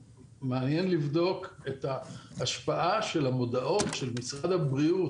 את ההשפעה של המודעות של משרד הבריאות